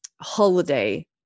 holiday